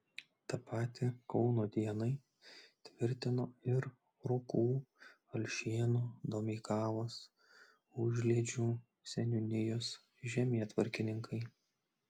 tą patį kauno dienai tvirtino ir rokų alšėnų domeikavos užliedžių seniūnijos žemėtvarkininkai